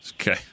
Okay